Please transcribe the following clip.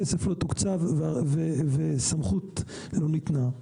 כסף לא תוקצב, וסמכות לא ניתנה.